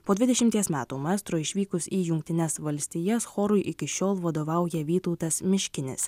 po dvidešimties metų maestro išvykus į jungtines valstijas chorui iki šiol vadovauja vytautas miškinis